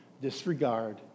disregard